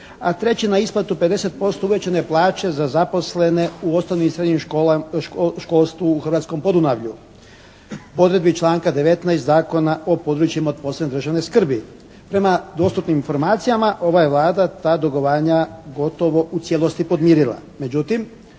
a treće na isplatu 50% uvećane plaće za zaposlene u osnovnom i srednjem školstvu u hrvatskom Podunavlju po odredbi članka 19. Zakona o područjima od posebne državne skrbi. Prema dostupnim informacijama ova je Vlada ta dugovanja gotovo u cijelosti podmirila.